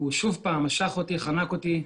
שוב הוא משך אותי, חנק אותי.